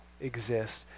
exists